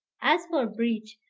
as for breach,